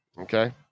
Okay